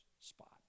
spot